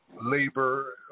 labor